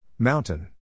Mountain